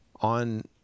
on